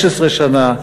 16 שנה,